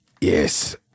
Yes